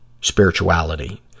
spirituality